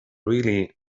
really